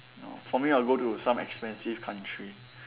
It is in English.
no for me I'll go to some expensive country